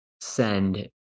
send